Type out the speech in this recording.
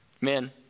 Men